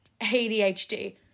ADHD